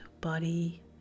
body